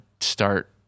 start